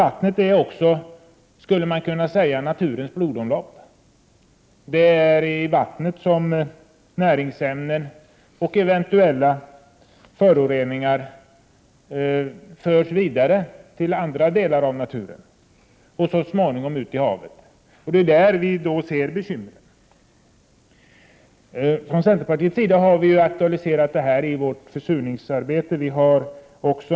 Vattnet är också, skulle man kunna säga, naturens blodomlopp. Det är i vattnet som näringsämnen och eventuella föroreningar förs vidare till andra delar av naturen och så småningom ut i haven. Där ser vi bekymren. I centerpartiet har vi aktualiserat detta i vårt arbete mot försurningen.